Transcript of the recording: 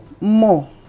more